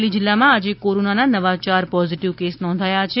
અમરેલી જીલ્લામાં આજે કોરોનાના નવા ચાર પોઝીટીવ કેસ નોંધાયા છે